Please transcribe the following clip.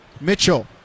mitchell